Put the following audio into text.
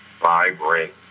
vibrant